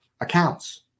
accounts